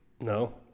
no